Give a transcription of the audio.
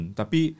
tapi